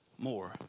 more